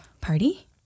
party